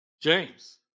James